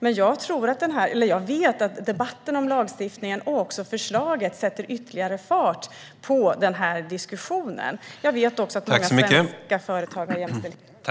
Men jag vet att både debatten om lagstiftningen och förslaget sätter ytterligare fart på diskussionen. Jag vet också att många svenska företag har jämställdhet som varumärke.